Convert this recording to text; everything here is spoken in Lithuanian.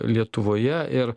lietuvoje ir